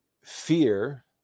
fear